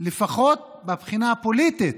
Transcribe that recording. לפחות מהבחינה הפוליטית.